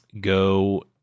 go